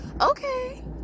okay